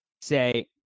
say